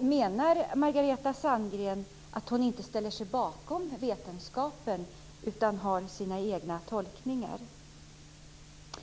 Menar Margareta Sandgren att hon inte ställer sig bakom vetenskapen utan har sina egna tolkningar?